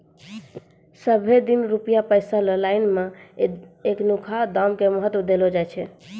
सबहे दिन रुपया पैसा रो लाइन मे एखनुका दाम के महत्व देलो जाय छै